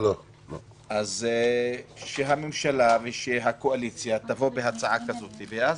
אז שהממשלה והקואליציה יבואו בהצעה כזאת ואז